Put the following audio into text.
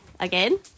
Again